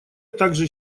также